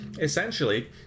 essentially